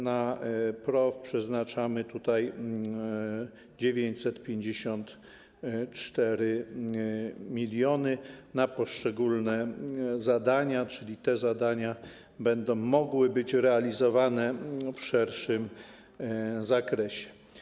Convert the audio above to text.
Na PROW przeznaczamy tutaj 954 mln - na poszczególne zadania, czyli te zadania będą mogły być realizowane w szerszym zakresie.